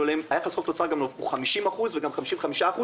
אליהן היחס חוב-תוצר הוא גם 50% וגם 55%,